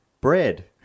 Bread